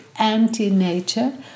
anti-nature